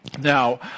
Now